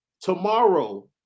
tomorrow